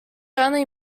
only